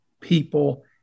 people